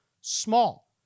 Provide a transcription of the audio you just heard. small